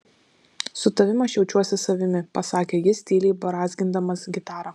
su tavimi aš jaučiuosi savimi pasakė jis tyliai brązgindamas gitarą